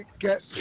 get